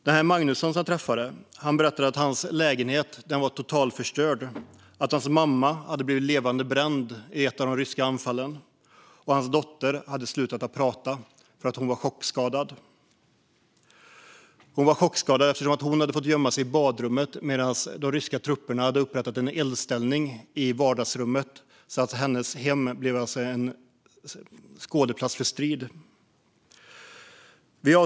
Den Magnusson jag träffade berättade att hans lägenhet var totalförstörd, att hans mamma hade blivit levande bränd i ett av de ryska anfallen och att hans dotter hade slutat att prata därför att hon var chockskadad. Hon var chockskadad eftersom hon hade fått gömma sig i badrummet medan de ryska trupperna upprättade en eldställning i vardagsrummet. Hennes hem blev alltså en skådeplats för strid.